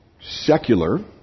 secular